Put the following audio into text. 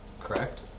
correct